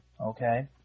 Okay